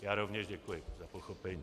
Já rovněž děkuji za pochopení.